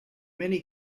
many